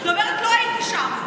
היא אומרת: לא הייתי שם.